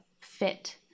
fit